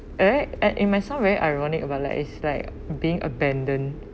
eh uh it might sound very ironic about like is like being abandoned